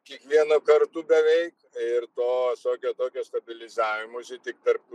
kiekvienu kartu beveik ir to tokio tokio stabilizavimosi tik tarp